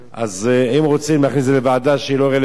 אז אם רוצים להכניס את זה לוועדה שהיא לא רלוונטית,